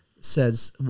says